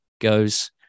goes